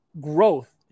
growth